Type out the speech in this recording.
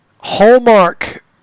Hallmark